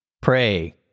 Pray